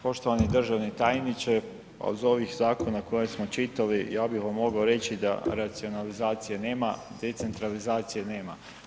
Poštovani državni tajniče, od ovih zakona koje smo čitali, ja bi vam mogao reći da racionalizacije nema, decentralizacije nema.